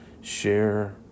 Share